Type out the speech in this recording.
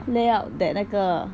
lay out that 那个